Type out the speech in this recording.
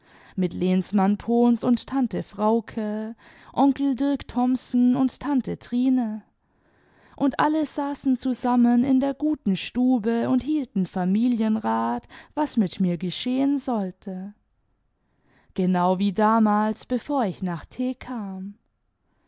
mit lehnsmann pohns und tante frauke onkel dirk thomsen und tante trine und alle saßen zusammen in der guten stube und hielten familienrat was mit mir geschehen sollte genau wie damals bevor ich nach t kam